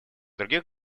других